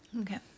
Okay